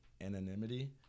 anonymity